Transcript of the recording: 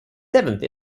seventh